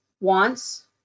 wants